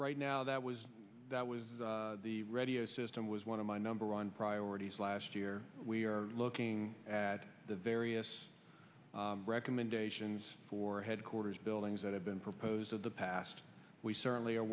right now that was that was the radio system was one of my number one priorities last year we are looking at the various recommendations for headquarters buildings that have been proposed of the past we certainly are